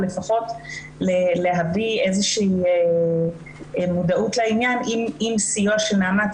או לפחות להביא איזה שהיא מודעות לעניין עם סיוע של נעמ"ת,